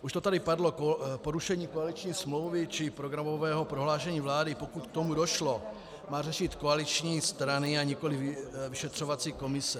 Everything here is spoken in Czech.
Už to tady padlo porušení koaliční smlouvy, čili programového prohlášení vlády, pokud k tomu došlo, mají řešit koaliční strany, a nikoliv vyšetřovací komise.